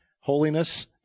holiness